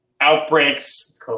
outbreaks